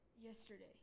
Yesterday